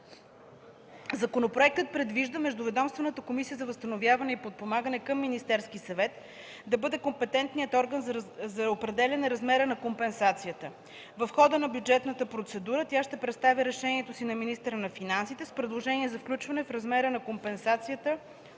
Законопроектът предвижда Междуведомствената комисия за възстановяване и подпомагане към Министерския съвет да бъде компетентният орган за определяне размера на компенсацията. В хода на бюджетната процедура тя ще представя решението си на министъра на финансите с предложение за включване на размера на компенсацията